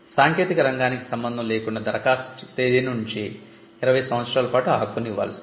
సాంకేతిక రంగానికి సంబంధం లేకుండా దరఖాస్తు తేదీ నుంచి ఇరవై సంవత్సరాలు పాటు ఆ హక్కును ఇవ్వాల్సిందే